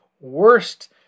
worst